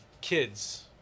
kids